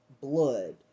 blood